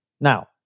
Now